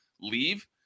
leave